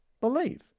Believe